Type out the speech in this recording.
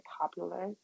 popular